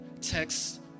text